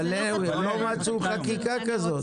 אבל לא מצאו חקיקה כזאת.